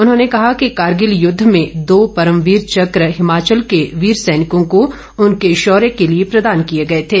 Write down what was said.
उन्होंने कहा कि कारगिल युद्ध में दो परमवीर चक्र हिमाचल के वीर सैनिकों को उनके शौर्य के लिए प्रदान किए गए थे